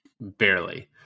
Barely